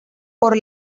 por